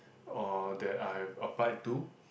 oh that I have applied to